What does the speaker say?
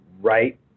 right